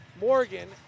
Morgan